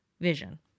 vision